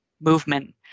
movement